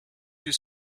you